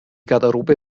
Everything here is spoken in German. garderobe